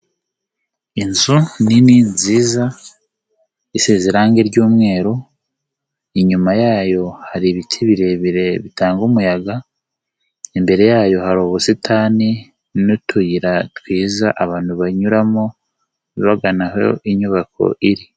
Inzu nini nziza, isi ze irangi ry'umweru, inyuma yayo hari ibiti birebire bitanga umuyaga, imbere yayo hari ubusitani n'utuyira twiza abantu banyuramo, bagana aho inyubako iri.